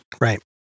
Right